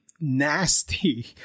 nasty